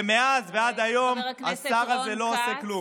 ומאז ועד היום השר הזה לא עושה כלום.